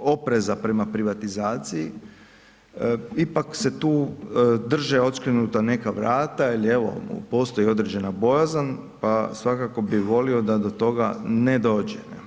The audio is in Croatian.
opreza prema privatizaciji ipak se tu drže odškrinuta neka vrata ili evo postoji određena bojazan, pa svakako bi volio da do toga ne dođe.